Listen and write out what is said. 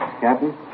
Captain